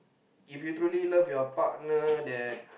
if you truly love your partner that